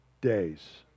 days